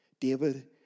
David